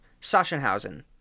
Sachsenhausen